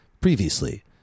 Previously